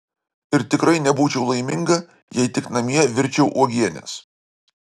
ir tikrai nebūčiau laiminga jei tik namie virčiau uogienes